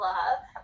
Love